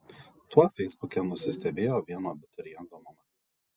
tuo feisbuke nusistebėjo vieno abituriento mama